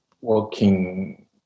working